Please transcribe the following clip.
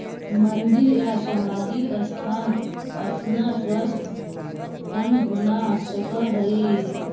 मंदिर या सामाजिक संस्थान अपना ट्रस्ट फंड बना सकऽ हई